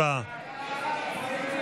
הצבעה כעת.